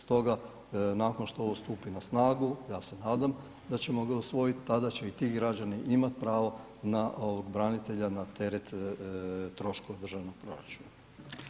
Stoga nakon što ovo stupi na snagu ja se nadam da ćemo ga usvojiti tada će i ti građani imati pravo na branitelja na teret troškova državnog proračuna.